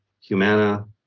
Humana